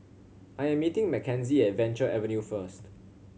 I am meeting Mckenzie at Venture Avenue first